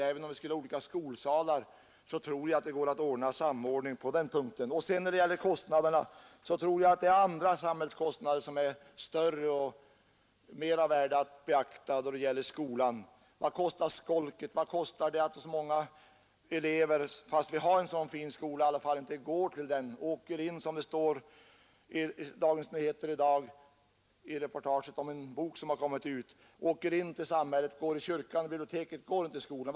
Och jag tror att även om barnen skulle ha olika skolsalar går det att ordna samordning på den punkten. Det finns andra samhällskostnader som är större och mera värda att beakta. Vad kostar skolket, vad kostar det att så många elever, fast vi i alla fall har en sådan fin skola, inte går till skolan? De åker in till samhället — som det står i Dagens Nyheter i dag i reportaget om en bok som har kommit ut — men går i kyrkan, går till biblioteket och inte till skolan.